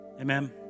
Amen